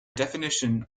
definition